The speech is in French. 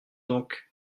donc